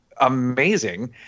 amazing